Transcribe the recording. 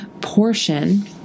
portion